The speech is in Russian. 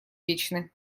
вечны